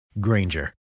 Granger